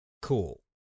cool